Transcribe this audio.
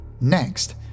Next